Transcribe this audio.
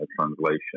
translation